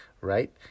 right